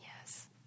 Yes